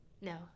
No